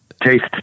taste